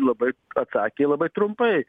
labai atsakė labai trumpai